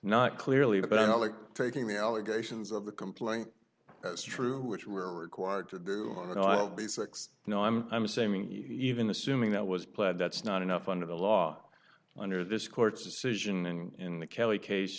not clearly but i don't like taking the allegations of the complaint as true which we're required to do and i'll be six no i'm i'm saying he even assuming that was pled that's not enough under the law under this court's decision and in the kelly case